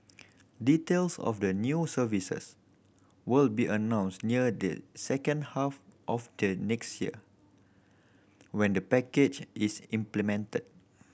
details of the new services will be announced near the second half of the next year when the package is implemented